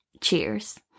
cheers